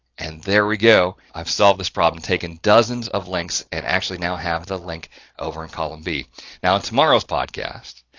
and there we go. i've solved this problem taking dozens of links and actually now have the link over in column b now in tomorrow's podcast,